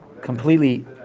completely